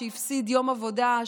שהפסיד יום עבודה,